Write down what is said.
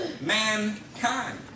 mankind